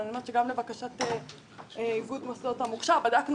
אבל אני אומרת שגם לבקשת איגוד מוסדות המוכש"ר בדקנו